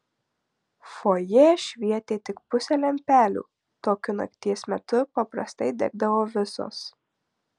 fojė švietė tik pusė lempelių tokiu nakties metu paprastai degdavo visos